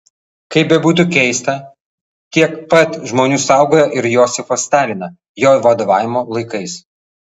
kaip bebūtų keista tiek pat žmonių saugojo ir josifą staliną jo vadovavimo laikais